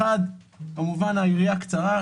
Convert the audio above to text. ראשית, היריעה כמובן קצרה.